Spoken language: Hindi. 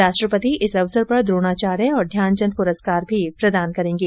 राष्ट्रपति इस अवसर पर द्रोणाचार्य और ध्यानचन्द पुरस्कार भी प्रदान करेंगे